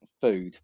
food